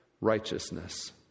righteousness